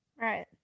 right